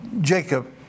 Jacob